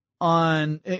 on